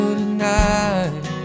tonight